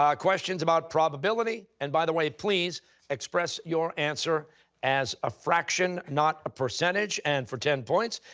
um questions about probability. and by the way, please express your answer as a fraction, not a percentage. and for ten points,